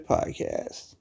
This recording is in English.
Podcast